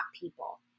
people